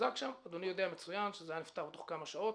אדוני יודע מצוין שזה היה נפתר תוך כמה שעות